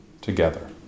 Together